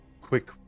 quick